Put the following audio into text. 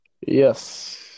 Yes